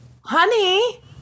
honey